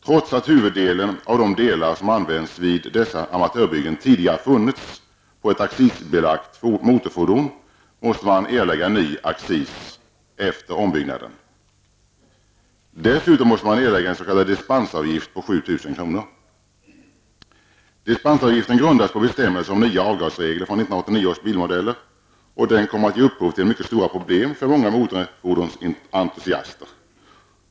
Trots att huvudparten av de delar som används vid dessa amatörbyggen tidigare har funnits på ett accisbelagt motorfordon, måste man erlägga ny accis efter ombyggnaden. Dessutom måste man erlägga en s.k. dispensavgift på 7 000 kr. Dispensavgiften grundas på bestämmelser om nya avgasregler från 1989 års bilmodeller. Den kommer att ge upphov till mycket stora problem för många motorfordonsentusiaster.